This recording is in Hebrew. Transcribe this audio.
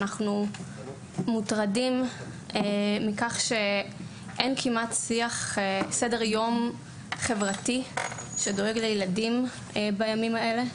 שאנחנו מוטרדים מכך שאין כמעט סדר יום חברתי שדואג לילדים בימים האלה.